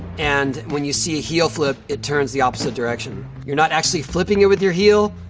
and when you see a heel flip, it turns the opposite direction. you're not actually flipping it with your heel,